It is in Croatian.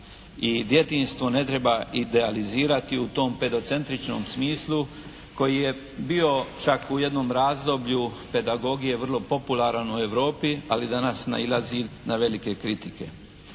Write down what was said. i djetinjstvo ne treba idealizirati u tom pedocentričnom smislu koji je bio čak u jednom razdoblju pedagogije vrlo popularan u Europi ali danas nailazi na velike kritike.